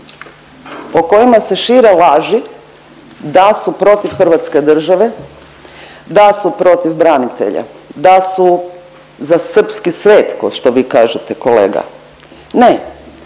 o kojima se šire laži da su protiv hrvatske države, da su protiv branitelja, da su za srpski svet ko što vi kažete kolega. Ne,